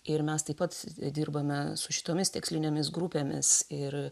ir mes taip pat dirbame su šitomis tikslinėmis grupėmis ir